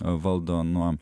valdo nuo